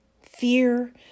fear